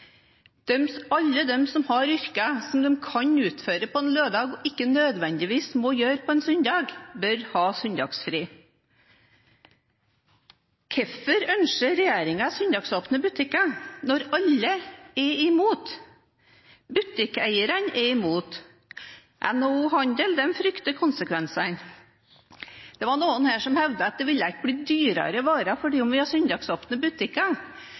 Alle de som har yrker som de kan utføre på en lørdag og ikke nødvendigvis må gjøre på en søndag, bør ha søndagsfri. Hvorfor ønsker regjeringen søndagsåpne butikker når alle er imot? Butikkeierne er imot, NHO Handel frykter konsekvensene. Det var noen her som hevdet at det ikke ville bli dyrere varer om vi